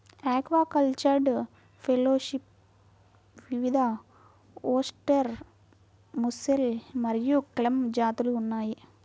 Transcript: aquacultured షెల్ఫిష్లో వివిధఓస్టెర్, mussel మరియు క్లామ్ జాతులు ఉన్నాయి